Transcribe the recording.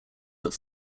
that